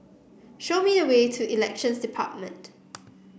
show me the way to Elections Department